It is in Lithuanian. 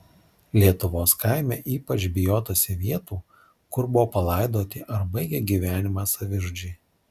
lietuvos kaime ypač bijotasi vietų kur buvo palaidoti ar baigė gyvenimą savižudžiai